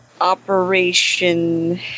operation